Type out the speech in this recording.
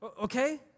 Okay